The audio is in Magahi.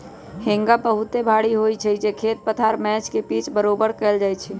हेंगा बहुते भारी होइ छइ जे खेत पथार मैच के पिच बरोबर कएल जाइ छइ